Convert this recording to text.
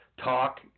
talk